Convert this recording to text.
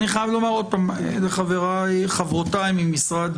אני חייב לומר לחברותיי ממשרד